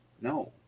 No